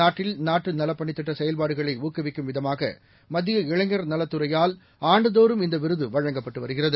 நாட்டில் நாட்டுநலப்பணித்திட்டசெயல்பாடுகளைஊக்குவிக்கும்வித மத்தியஇளைஞர்நலத்துறையால் மாக ஆண்டுதோறும்இந்தவிருதுவழங்கப்பட்டுவருகிறது